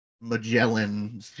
Magellan